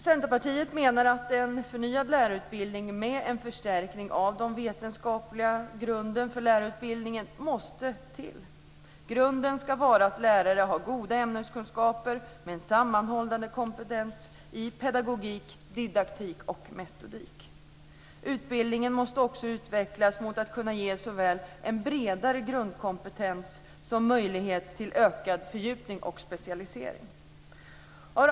Centerpartiet menar att en förnyad lärarutbildning måste till, med en förstärkning av den vetenskapliga grunden. Grunden ska vara att lärare har goda ämneskunskaper och en sammanhållande kompetens i pedagogik, didaktik och metodik. Utbildningen måste också utvecklas mot att kunna ge såväl en bredare grundkompetens som möjlighet till ökad fördjupning och specialisering.